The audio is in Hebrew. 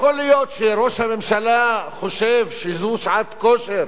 יכול להיות שראש הממשלה חושב שזו שעת כושר